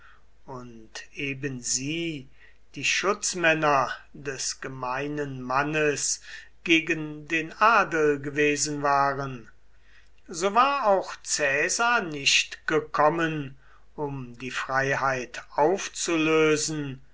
und eben sie die schutzmänner des gemeinen mannes gegen den adel gewesen waren so war auch caesar nicht gekommen um die freiheit aufzulösen